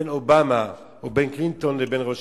בין אובמה או בין קלינטון לראש